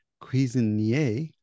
cuisinier